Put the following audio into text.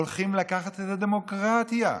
הולכים לקחת את הדמוקרטיה.